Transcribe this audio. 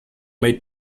may